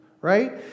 right